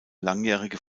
langjährige